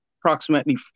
approximately